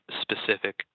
specific